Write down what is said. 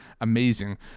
amazing